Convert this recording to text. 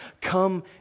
come